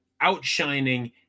outshining